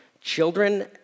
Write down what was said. children